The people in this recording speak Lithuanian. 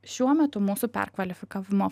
šiuo metu mūsų perkvalifikavimo